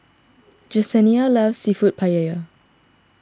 Jesenia loves Seafood Paella